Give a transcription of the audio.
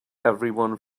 everyone